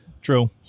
True